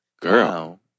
Girl